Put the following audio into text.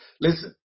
Listen